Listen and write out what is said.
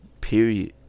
Period